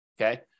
Okay